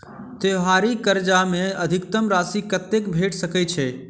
त्योहारी कर्जा मे अधिकतम राशि कत्ते भेट सकय छई?